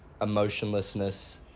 emotionlessness